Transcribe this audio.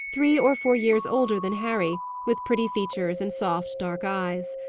three or four years older than harry, with pretty features and soft dark eyes.